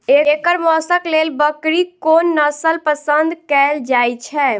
एकर मौशक लेल बकरीक कोन नसल पसंद कैल जाइ छै?